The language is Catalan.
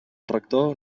rector